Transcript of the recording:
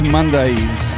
Mondays